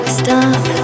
stop